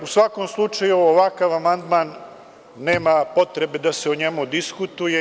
U svakom slučaju, o ovakvom amandmanu nema potrebe da se diskutuje.